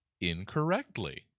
Incorrectly